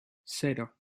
cero